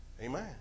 Amen